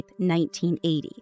1980